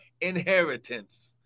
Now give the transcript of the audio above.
inheritance